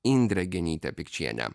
indrė genytė pikčienė